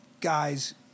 guys